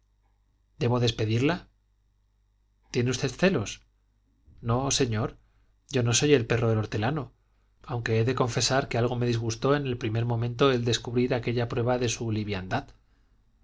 debo despedirla tiene usted celos no señor yo no soy el perro del hortelano aunque he de confesar que algo me disgustó en el primer momento el descubrir aquella prueba de su liviandad